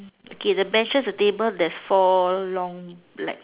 okay the benches the tables there's four long black